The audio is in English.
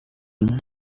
evening